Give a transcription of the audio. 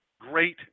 Great